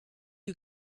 you